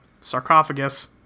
Sarcophagus